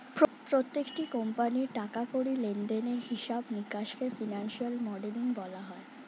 প্রত্যেকটি কোম্পানির টাকা কড়ি লেনদেনের হিসাব নিকাশকে ফিনান্সিয়াল মডেলিং বলা হয়